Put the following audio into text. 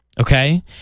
Okay